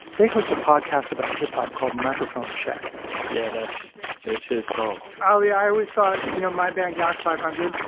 they host a podcast about hip-hop called microphone check yeah, that's his his song oh yeah, i always thought, you know my band galaxie five hundred,